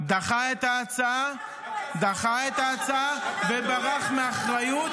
דחה את ההצעה וברח מאחריות.